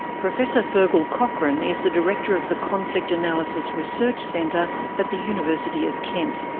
professor feargal cochrane is the director of the conflict analysis research centre at the university of kent.